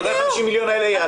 ה-250 מיליון האלה ייעלמו?